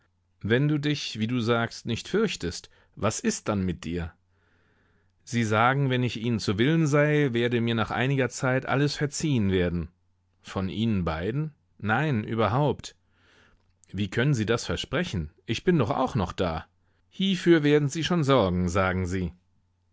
wenn du dich wie du sagst nicht fürchtest was ist dann mit dir sie sagen wenn ich ihnen zu willen sei werde mir nach einiger zeit alles verziehen werden von ihnen beiden nein überhaupt wie können sie das versprechen ich bin doch auch noch da hiefür werden schon sie sorgen sagen sie